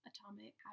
Atomic